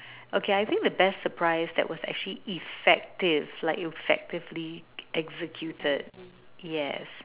okay I think the best surprise that was actually effective like effectively executed yes